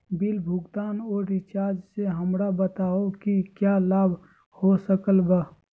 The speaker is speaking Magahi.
बिल भुगतान और रिचार्ज से हमरा बताओ कि क्या लाभ हो सकल बा?